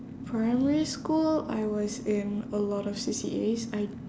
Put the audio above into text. primary school I was in a lot of C_C_As I